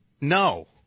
no